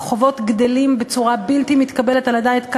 והחובות גדלים בצורה בלתי מתקבלת על הדעת,